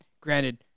granted